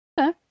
okay